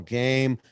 game